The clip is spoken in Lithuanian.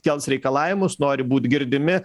kels reikalavimus nori būt girdimi